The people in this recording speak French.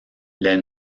les